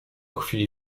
chwili